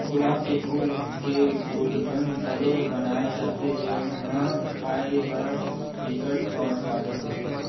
गुलाब के फूल के गुलकंद घलो बनाए जाथे जउन ह खाए म बिकट सुवाद वाला होथे